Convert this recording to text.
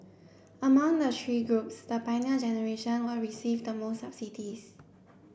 among the three groups the Pioneer Generation will receive the most subsidies